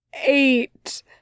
Eight